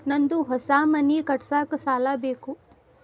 ನಂದು ಹೊಸ ಮನಿ ಕಟ್ಸಾಕ್ ಸಾಲ ಬೇಕು